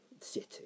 city